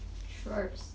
sure